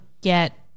get